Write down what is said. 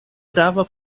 grava